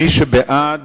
מי שבעד,